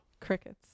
crickets